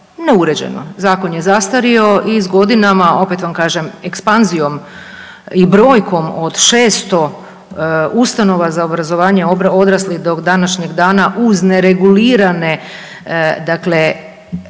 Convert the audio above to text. neuređeno. Zakon je zastario i s godinama opet vam kažem ekspanzijom i brojkom od 600 ustanova za obrazovanje odraslih do današnjeg dana uz neregulirane dakle